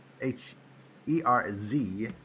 H-E-R-Z